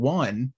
one